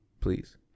Please